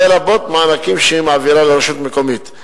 לרבות מענקים, שהיא מעבירה לרשות מקומית.